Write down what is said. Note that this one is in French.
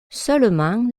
seulement